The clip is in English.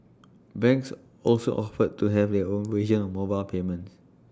banks also offered to have their own version of mobile payments